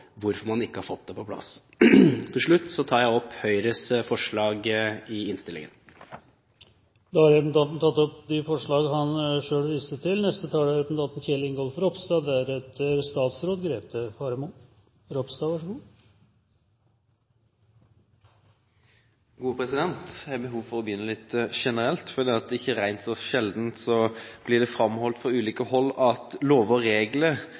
hvorfor man ikke har fått det på plass. Til slutt tar jeg opp Høyres forslag i innstillingen. Representanten André Oktay Dahl har tatt opp de forslagene han refererte til. Jeg har behov for å begynne litt generelt: Ikke så rent sjelden blir det framholdt fra ulike hold at lover og regler